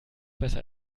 besser